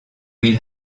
will